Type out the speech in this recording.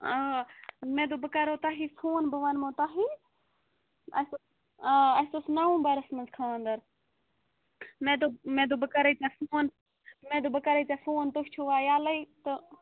اۭں مےٚ دوٚپ بہٕ کَرو تۄہی فون بہٕ وَنمو تۄہی اَسہِ آ اَسہِ اوس نومبرَس منٛز خاندر مےٚ دوٚپ مےٚ دوٚپ بہٕ کرَے ژےٚ فون مےٚ دوٚپ بہٕ کرَے ژےٚ فون تُہۍ چھُوا یَلَے تہٕ